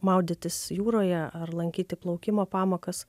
maudytis jūroje ar lankyti plaukimo pamokas